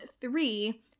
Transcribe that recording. three